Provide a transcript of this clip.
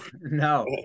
no